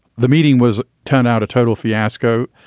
the meeting was turn out a total fiasco.